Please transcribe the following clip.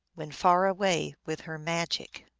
when far away, with her magic.